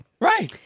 Right